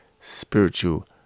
spiritual